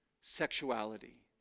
sexuality